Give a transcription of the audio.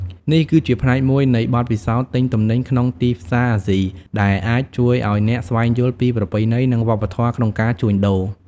នេះគឺជាផ្នែកមួយនៃបទពិសោធន៍ទិញទំនិញក្នុងទីផ្សារអាស៊ី ដែលអាចជួយឱ្យអ្នកស្វែងយល់ពីប្រពៃណី និងវប្បធម៌ក្នុងការជួញដូរ។